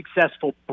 successful